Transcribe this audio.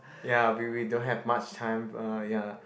ya we we don't have much time uh ya